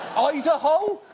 idaho?